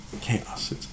Chaos